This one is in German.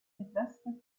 südwesten